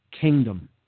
Kingdom